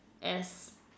as